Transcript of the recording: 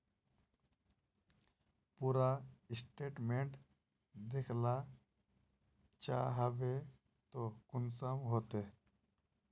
पूरा स्टेटमेंट देखला चाहबे तो कुंसम होते?